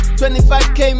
25k